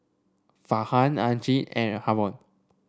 Farhan Aizat and Haron